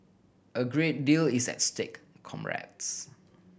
a great deal is at stake comrades